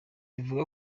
ivuga